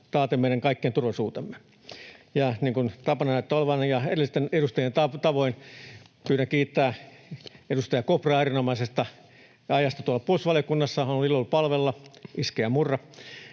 taaten meidän kaikkien turvallisuuden. Niin kuin tapana näyttää olevan, edellisten edustajien tavoin pyydän kiittää edustaja Kopraa erinomaisesta ajasta puolustusvaliokunnassa — on ollut ilo palvella, ”iske ja murra”.